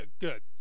good